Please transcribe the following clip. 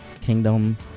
kingdom